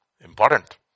Important